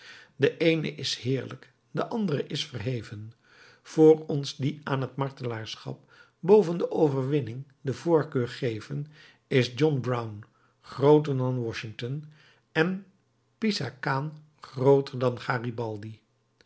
de eene is heerlijk de andere is verheven voor ons die aan het martelaarschap boven de overwinning de voorkeur geven is john brown grooter dan washington en pisacane grooter dan garibaldi